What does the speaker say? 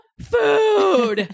food